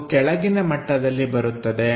ಅದು ಕೆಳಗಿನ ಮಟ್ಟದಲ್ಲಿ ಬರುತ್ತದೆ